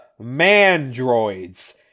Mandroids